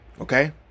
okay